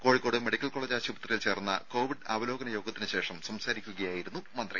Kozhikode medical college ആശുപത്രിയിൽ ചേർന്ന covid അവലോകന യോഗത്തിന് ശേഷം സംസാരിക്കുകയായിരുന്നു മന്ത്രി